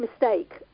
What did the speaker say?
mistake